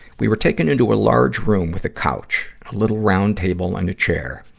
we were taken into a large room with a couch, a little round table, and a chair.